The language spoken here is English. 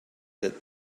that